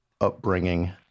upbringing